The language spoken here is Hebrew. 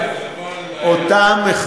ואותם, אנטנה מסתובבת לכל אזרח.